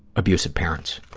abusive parents.